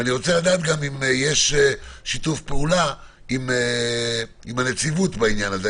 ואני רוצה לדעת האם יש שיתוף פעולה עם הנציבות בעניין הזה.